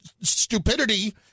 stupidity